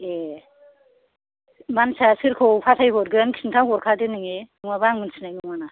ए मानसिया सोरखौ फाथायहरगोन खिन्थाहरखादो नोङो नङाबा आं मोनथिनाय नङाना